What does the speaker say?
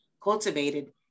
cultivated